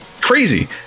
Crazy